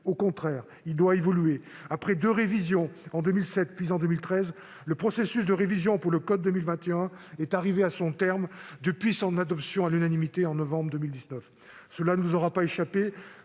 Au contraire, il doit évoluer. Après deux révisions, en 2007 puis en 2013, le processus de révision pour 2021 est arrivé à son terme avec l'adoption à l'unanimité du code révisé en novembre 2019. Cela ne vous aura pas échappé